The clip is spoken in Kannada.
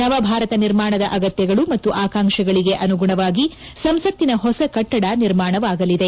ನವಭಾರತ ನಿರ್ಮಾಣದ ಅಗತ್ಯಗಳು ಮತ್ತು ಆಕಾಂಕ್ಷೆಗಳಿಗೆ ಅನುಗುಣವಾಗಿ ಸಂಸತ್ತಿನ ಹೊಸ ಕಟ್ಸಡ ನಿರ್ಮಾಣವಾಗಲಿದೆ